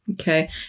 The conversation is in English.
Okay